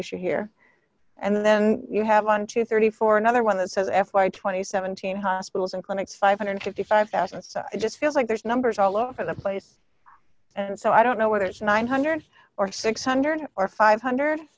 issue here and then you have one to thirty for another one that says f y two thousand and seventeen hospitals and clinics five hundred and fifty five thousand it's just feels like there's numbers all over the place and so i don't know whether it's nine hundred or six hundred or five hundred